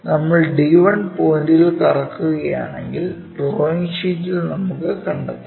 നമ്മൾ d1 പോയിന്റിൽ കറക്കുകയാണെങ്കിൽ ഡ്രോയിംഗ് ഷീറ്റിൽ നമുക്ക് കണ്ടെത്താം